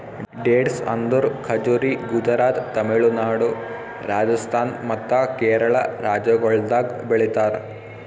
dates ಅಂದುರ್ ಖಜುರಿ ಗುಜರಾತ್, ತಮಿಳುನಾಡು, ರಾಜಸ್ಥಾನ್ ಮತ್ತ ಕೇರಳ ರಾಜ್ಯಗೊಳ್ದಾಗ್ ಬೆಳಿತಾರ್